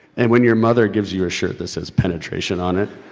and when your mother gives you a shirt that says penetration on it.